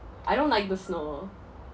I don't like the snow